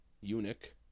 eunuch